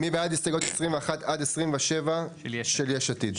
מי בעד הסתייגויות 21-27 של יש עתיד?